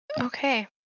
Okay